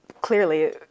Clearly